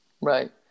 Right